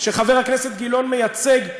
שחבר הכנסת גילאון מייצג,